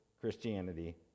Christianity